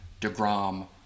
DeGrom